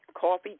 Coffee